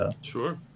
Sure